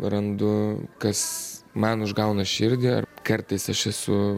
randu kas man užgauna širdį ar kartais aš esu